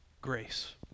grace